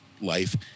life